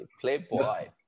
Playboy